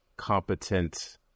competent